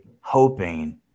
hoping